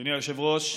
אדוני היושב-ראש,